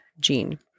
gene